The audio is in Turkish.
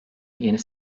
yeni